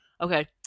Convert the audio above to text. Okay